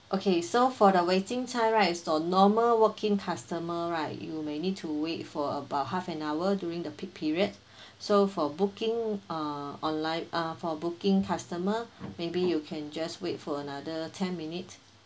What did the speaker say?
okay so for the waiting time right for normal walk-in customer right you may need to wait for about half an hour during the peak period so for booking uh online ah for booking customer maybe you can just wait for another ten minutes